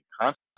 constant